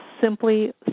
simply